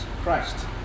Christ